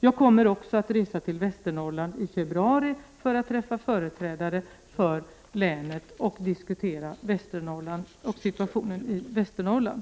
Jag kommer också att resa till Västernorrland i februari för att träffa företrädare för länet och därvid diskutera situationen i Västernorrland.